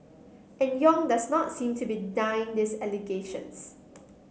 and Yong does not seem to be denying these allegations